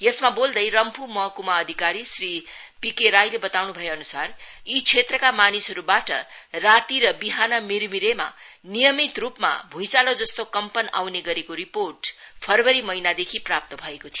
यसमा बोल्दै रम्फ् महक्मा अधिकारी श्री पि के राईले बताउन् भएअन्सार मानिसहरूबाट राती र विहान मिरमिरेमा नियमित रूपमा भ्इचाँलो जस्तो कम्पन आउने गरेको रिपोर्ट फरवरी महिनादेखि प्राप्त भएको थियो